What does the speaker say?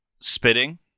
spitting